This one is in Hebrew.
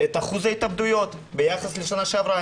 את אחוז ההתאבדויות ביחס לשנה שעברה,